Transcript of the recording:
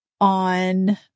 on